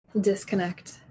disconnect